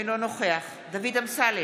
אינו נוכח דוד אמסלם,